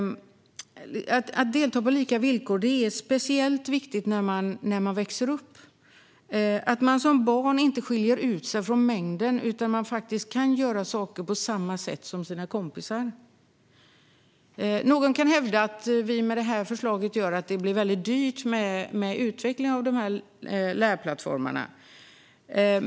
Men att delta på lika villkor är speciellt viktigt när man växer upp. Det är viktigt att man som barn inte skiljer ut sig från mängden utan faktiskt kan göra saker på samma sätt som sina kompisar. Någon kan hävda att detta gör att det blir väldigt dyrt med utveckling av lärplattformarna.